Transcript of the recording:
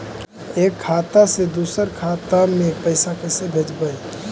एक खाता से दुसर के खाता में पैसा कैसे भेजबइ?